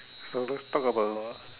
so let's talk about the